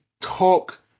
talk